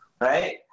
right